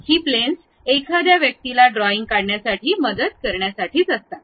ही plans एखाद्या व्यक्तीला drawing काढण्यासाठी मदत करण्यासाठीच असतात